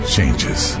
Changes